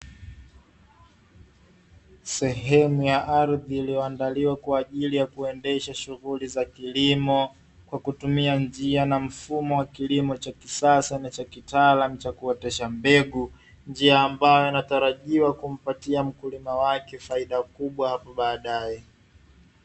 Sehemu ya ardhi iliyoandaliwa kwaajili ya kuendesha shughuli za kilimo kwa kutumia njia na mfumo wa kilimo cha kisasa na cha kitaalamu cha kuotesha mbegu, njia ambayo inatarajiwa kumpatia mkulima wake faida kubwa hapo baadae.